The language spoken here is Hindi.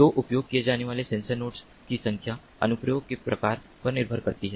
तो उपयोग किए जाने वाले सेंसर नोड्स की संख्या अनुप्रयोग के प्रकार पर निर्भर करती है